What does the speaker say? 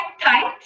tight